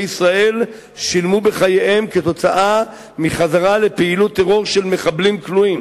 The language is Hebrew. ישראל שילמו בחייהם כתוצאה מחזרה לפעילות טרור של מחבלים כלואים,